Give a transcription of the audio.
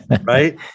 right